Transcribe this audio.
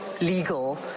legal